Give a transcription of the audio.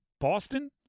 Boston